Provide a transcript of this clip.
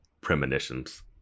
premonitions